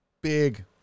Big